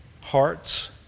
hearts